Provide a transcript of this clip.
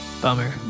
Bummer